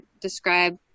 describe